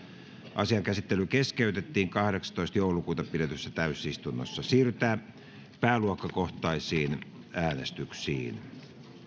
asian käsittely keskeytettiin kahdeksastoista kahdettatoista kaksituhattayhdeksäntoista pidetyssä täysistunnossa siirrytään pääluokkakohtaisiin äänestyksiin